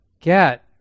get